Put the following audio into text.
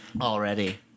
already